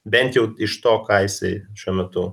bent jau iš to ką jisai šiuo metu